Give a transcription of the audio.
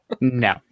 No